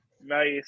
Nice